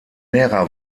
lehrer